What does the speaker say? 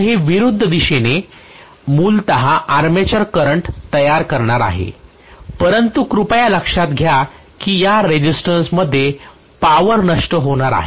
तर हे विरुद्ध दिशेने मूलत आर्मेचर करंट तयार करणार आहे परंतु कृपया लक्षात घ्या की या रेसिस्टन्स मध्ये पावर नष्ट होणार आहे